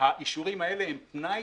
האישורים האלה הם תנאי,